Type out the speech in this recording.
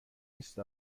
نیست